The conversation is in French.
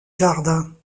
jardins